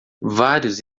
vários